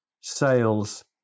Sales